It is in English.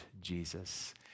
Jesus